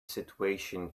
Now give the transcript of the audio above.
situation